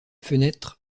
fenêtres